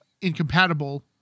incompatible